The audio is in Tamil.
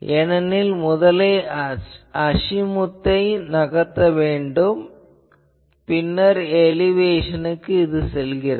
ஏனெனில் முதலில் அசிமுத் ஐ நகர்த்த வேண்டும் பின்னர் இது எலிவேஷனுக்குச் செல்கிறது